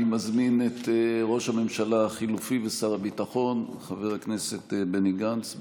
אני מזמין את ראש הממשלה החלופי ושר הביטחון חבר הכנסת בני גנץ.